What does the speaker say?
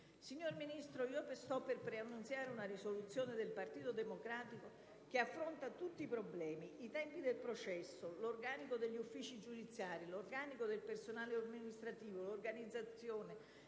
Signor Ministro, sto per preannunziare la presentazione di una risoluzione del Partito Democratico che affronta tutti i problemi, quali i tempi del processo, l'organico degli uffici giudiziari, l'organico del personale amministrativo, l'organizzazione,